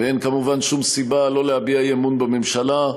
ואין כמובן שום סיבה להביע אי-אמון בממשלה,